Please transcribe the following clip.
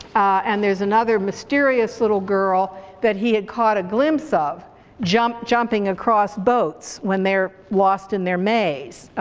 and there's another mysterious little girl that he had caught a glimpse of jumping jumping across boats when they're lost in their maze.